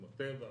כמו טבע,